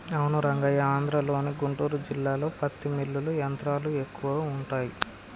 అవును రంగయ్య ఆంధ్రలోని గుంటూరు జిల్లాలో పత్తి మిల్లులు యంత్రాలు ఎక్కువగా ఉంటాయి